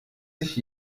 sich